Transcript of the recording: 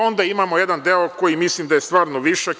Onda imamo jedan deo kojimislim da je stvarno višak.